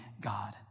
God